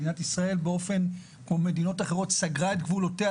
מדינת ישראל כמו מדינות אחרות סגרה את גבולותיה